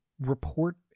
report